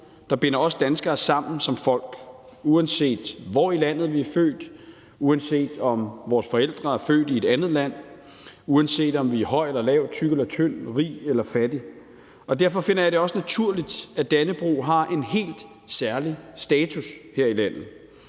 der binder os danskere sammen som folk, uanset hvor i landet vi er født, og uanset om vores forældre er født i et andet land, og uanset om vi er høje eller lave, tykke eller tynde, rige eller fattige. Derfor finder jeg det også naturligt, at Dannebrog har en helt særlig status her i landet.